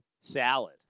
salad